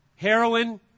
Heroin